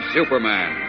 Superman